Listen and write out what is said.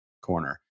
corner